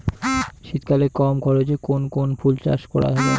শীতকালে কম খরচে কোন কোন ফুল চাষ করা য়ায়?